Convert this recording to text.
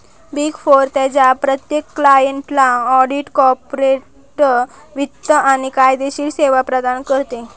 big four त्यांच्या प्रत्येक क्लायंटला ऑडिट, कॉर्पोरेट वित्त आणि कायदेशीर सेवा प्रदान करते